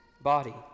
body